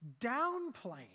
downplaying